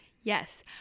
Yes